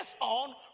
on